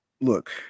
look